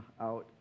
out